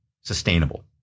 sustainable